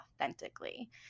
authentically